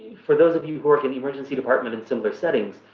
for those of you who work in the emergency department and similar settings,